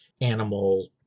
animal